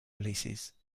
releases